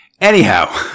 anyhow